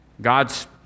God's